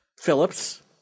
Phillips